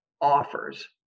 offers